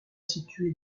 située